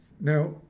Now